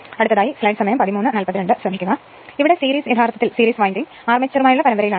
അതിനാൽ സീരീസ് യഥാർത്ഥത്തിൽ series winding യഥാർത്ഥത്തിൽ അർമേച്ചറുമായുള്ള പരമ്പരയിലാണ്